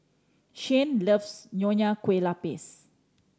Shyann loves Nonya Kueh Lapis